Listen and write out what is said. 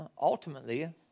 ultimately